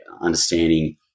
understanding